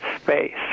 space